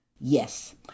Yes